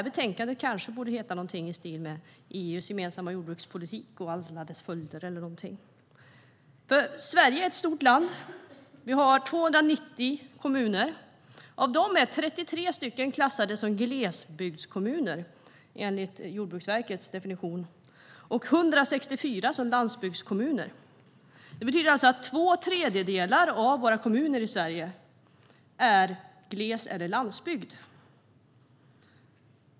Betänkandet borde kanske heta EU:s gemensamma jordbru kspolitik och alla dess följder eller något i den stilen. Sverige är ett stort land. Vi har 290 kommuner. Av dem är 33 klassade som glesbygdskommuner, enligt Jordbruksverkets definition, och 164 som landsbygdskommuner. Det betyder att två tredjedelar av Sveriges kommuner är gles eller landsbygd.